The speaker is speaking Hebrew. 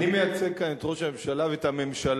אני מייצג כאן את ראש הממשלה ואת הממשלה,